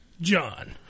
John